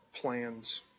plans